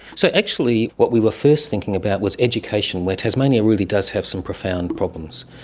so actually what we were first thinking about was education, where tasmania really does have some profound problems.